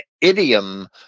idiom